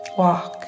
walk